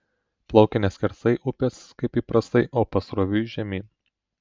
plaukia ne skersai upės kaip įprastai o pasroviui žemyn